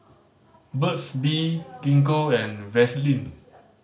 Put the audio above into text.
Burt's Bee Gingko and Vaselin